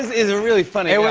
is a really funny